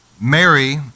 Mary